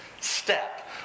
step